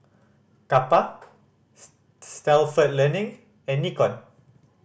Kappa Stalford Learning and Nikon